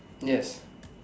yes